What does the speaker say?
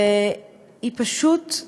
והיא פשוט,